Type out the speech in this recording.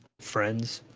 friends,